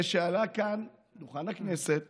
שעלה כאן על דוכן הכנסת